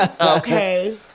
Okay